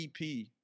EP